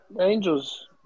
Angels